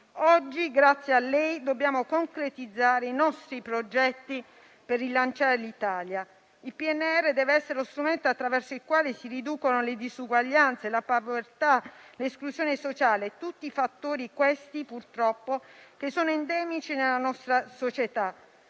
Oggi, grazie a lei, dobbiamo concretizzare i nostri progetti per rilanciare l'Italia. Il PNRR deve essere lo strumento attraverso il quale si riducono le disuguaglianze, la povertà e l'esclusione sociale, tutti fattori, purtroppo, che sono endemici nella nostra società.